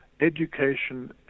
education